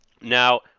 Now